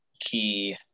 key